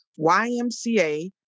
YMCA